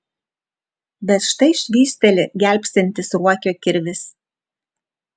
bet štai švysteli gelbstintis ruokio kirvis